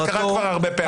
קרה כבר הרבה פעמים.